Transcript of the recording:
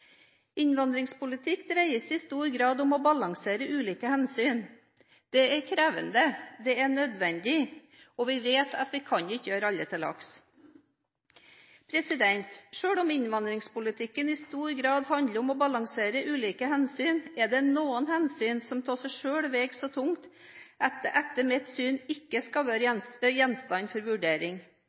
Innvandringspolitikk dreier seg i stor grad om å balansere ulike hensyn. Det er krevende, det er nødvendig – og vi vet at vi ikke kan gjøre alle til lags. Selv om innvandringspolitikken i stor grad handler om å balansere ulike hensyn, er det noen hensyn som alene veier så tungt at de etter mitt syn ikke skal være gjenstand for vurdering.